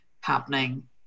happening